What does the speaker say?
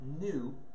new